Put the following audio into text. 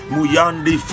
Muyandi